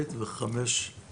מה זה אומר יחידה?